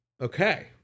Okay